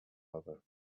other